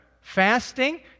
fasting